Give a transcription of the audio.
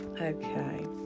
Okay